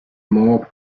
more